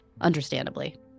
understandably